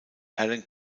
alan